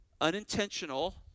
Unintentional